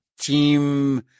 team